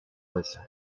байлаа